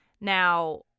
Now